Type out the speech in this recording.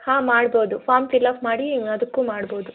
ಹಾಂ ಮಾಡ್ಬೋದು form fill up ಮಾಡಿ ಅದಕ್ಕೂ ಮಾಡ್ಬೋದು